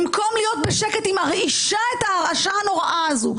במקום להיות בשקט היא מרעישה את ההרעשה הנוראה הזו.